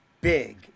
big